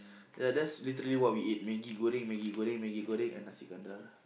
ya that's literally what we eat Maggi-Goreng Maggi-Goreng Maggi-Goreng and Nasi-Kandar